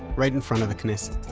right in front of the knesset.